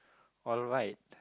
alright